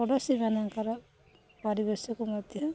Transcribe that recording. ପଡ଼ୋଶୀମାନଙ୍କର ପରିବେଶକୁ ମଧ୍ୟ